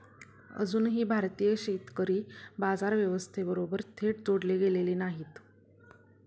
अजूनही भारतीय शेतकरी बाजार व्यवस्थेबरोबर थेट जोडले गेलेले नाहीत